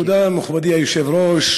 תודה, מכובדי היושב-ראש.